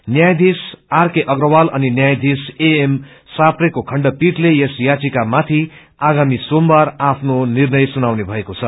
न्यायाधिश A K Agrawal अनि न्यायाधिश A M सापरेको खण्डपीठले यस याधिकामाथि आगामी सोमबार आफ्नो निर्णय सुनाउने भएको छ